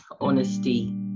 honesty